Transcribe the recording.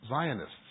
Zionists